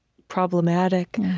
problematic.